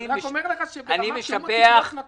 אני רק אומר לך שזה לא הרבה זמן.